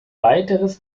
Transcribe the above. weiteres